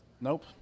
Nope